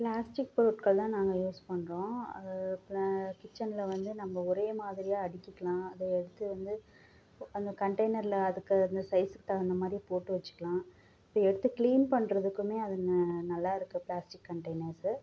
plastic பொருட்கள் தான் நாங்க யூஸ் பண்ணுறோம் அது கிச்சனில் வந்து நம்ம ஒரே மாதிரியாக அடுக்கிக்கலாம் அதை எடுத்து வந்து இப்போது அந்த கண்டெய்னரில் அடுக்குறது அந்த சைஸ்க்கு தகுந்த மாதிரியே போட்டு வச்சிக்கலாம் இப்போ எடுத்து கிளீன் பண்ணுறதுக்குமே அதுங்க நல்லா இருக்குது பிளாஸ்டிக் கண்டெய்னர்ஸ்